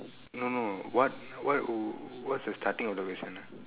no no what what wh~ what's the starting of the question